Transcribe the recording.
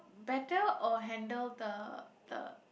better or handle the the